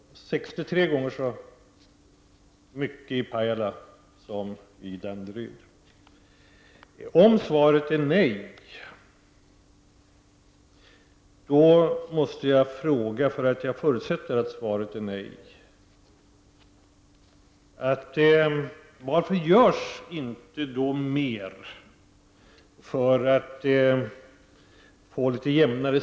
Fru talman! Anser statsrådet att det är tillfredsställande att ett antal kommuner har arbetslöshetstal på 0,2—1 26, medan ett rätt stort antal andra kommuner har en arbetslöshet på 7—9 26? Om man ser till de människor som finns utanför ordinarie arbetsmarknad är Pajala den kommun som ligger högst med en arbetslöshet på 12,7 70. Arbetslösheten är alltså 63 gånger så stor i Pajala som i Danderyd.